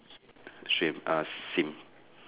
straight ah same